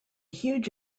huge